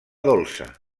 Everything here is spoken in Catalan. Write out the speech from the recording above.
dolça